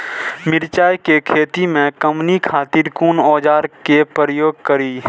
मिरचाई के खेती में कमनी खातिर कुन औजार के प्रयोग करी?